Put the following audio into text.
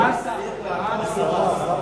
אנחנו בעד הסרה.